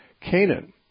Canaan